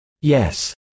Yes